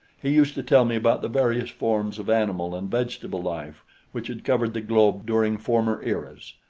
he used to tell me about the various forms of animal and vegetable life which had covered the globe during former eras,